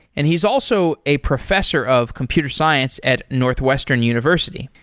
and he's also a professor of computer science at northwestern university.